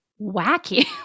wacky